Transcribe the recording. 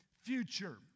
future